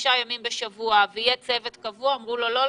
"חמישה ימים בשבוע ויהיה צוות קבוע" אמרו לו: לא,